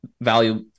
value